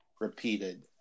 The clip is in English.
Repeated